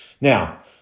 Now